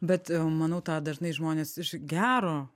bet manau tą dažnai žmonės iš gero